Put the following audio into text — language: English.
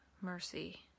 Mercy